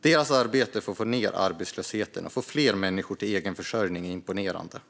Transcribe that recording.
Deras arbete för att få ned arbetslösheten och få fler människor till egen försörjning är imponerande.